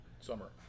summer